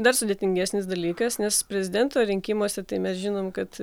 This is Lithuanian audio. dar sudėtingesnis dalykas nes prezidento rinkimuose tai mes žinom kad